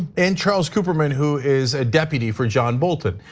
and charles kupperman, who is a deputy for john bolton.